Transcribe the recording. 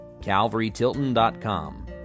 calvarytilton.com